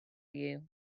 you